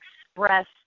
express